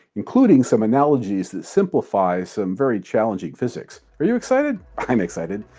including some analogies that simplify some very challenging physics. are you excited? i'm excited.